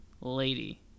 lady